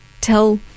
tell